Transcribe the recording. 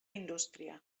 indústria